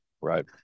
right